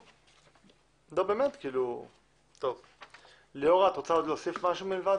ליאורה, את רוצה להוסיף משהו?